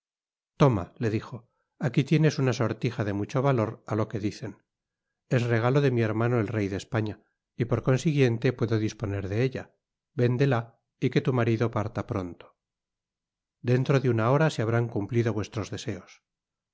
toma le dijo aqui tienes una sortija de mucho valor á lo que dicen es regalo de mi hermano el rey de españa y por consiguiente puedo disponer de ella véndela y que tu marido parta pronto dentro de una hora se habrán cumplido vuestras deseos